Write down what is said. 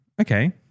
Okay